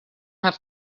have